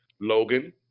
Logan